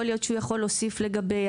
יכול להיות שהוא יכול להוסיף לגבי